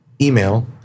email